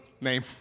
name